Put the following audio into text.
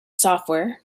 software